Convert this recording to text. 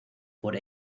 por